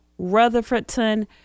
Rutherfordton